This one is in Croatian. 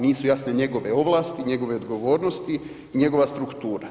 Nisu jasne njegove ovlasti, njegove odgovornosti i njegova struktura.